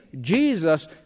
Jesus